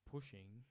Pushing